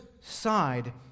side